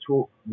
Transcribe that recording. talk